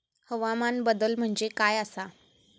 हवामान बदल म्हणजे काय आसा?